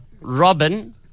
Robin